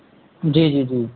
جی جی جی